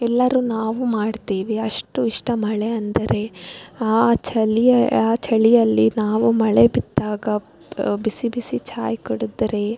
ಎಲ್ಲರು ನಾವು ಮಾಡ್ತೀವಿ ಅಷ್ಟು ಇಷ್ಟ ಮಳೆ ಅಂದರೆ ಆ ಚಳಿಯ ಆ ಚಳಿಯಲ್ಲಿ ನಾವು ಮಳೆ ಬಿದ್ದಾಗ ಬಿಸಿ ಬಿಸಿ ಚಾಯ್ ಕುಡಿದ್ರೆ